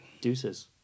Deuces